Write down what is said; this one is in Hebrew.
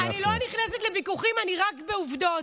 לא להפריע.